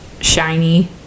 shiny